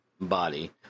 body